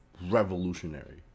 revolutionary